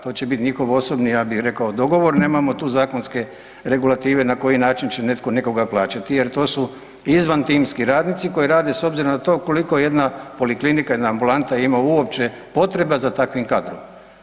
To će biti njihov osobni ja bih rekao dogovor, nemamo tu zakonske regulative na koji način će netko nekoga plaćati jer to su izvantimski radnici koji rade s obzirom na to koliko jedna poliklinika, jedna ambulanta ima uopće potreba za takvim kadrom.